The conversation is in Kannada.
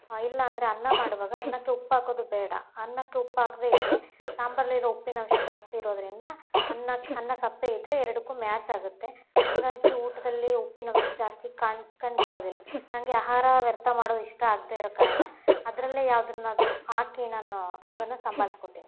ಇಲ್ಲ ಅಂದರೆ ಅನ್ನ ಮಾಡುವಾಗ ಅನ್ನಕ್ಕೆ ಉಪ್ಪು ಹಾಕೋದು ಬೇಡ ಅನ್ನಕ್ಕೆ ಉಪ್ಪು ಹಾಕ್ದೆ ಇದ್ದರೆ ಸಾಂಬಾರಲ್ಲಿರೋ ಉಪ್ಪಿನಂಶ ಜಾಸ್ತಿ ಇರೋದರಿಂದ ಅನ್ನಕ್ಕೆ ಅನ್ನ ಸಪ್ಪೆ ಇದ್ದಾರೆ ಎರಡಕ್ಕೂ ಮ್ಯಾಚ್ ಆಗುತ್ತೆ ಹಂಗಾಗಿ ಊಟದಲ್ಲಿ ಉಪ್ಪಿನಂಶ ಜಾಸ್ತಿ ಕಾಣು ಕಂಡುಬರೋದಿಲ್ಲ ನನಗೆ ಆಹಾರ ವ್ಯರ್ಥ ಮಾಡೋದು ಇಷ್ಟ ಆಗದೆ ಇರೋ ಕಾರಣ ಅದ್ರಲ್ಲೇ ಯಾವುದನ್ನಾದ್ರೂ ಹಾಕಿ ನಾನು ಅದನ್ನು ಸಂಭಾಳಿಸ್ಕೋತೀನಿ